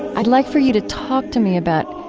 i'd like for you to talk to me about,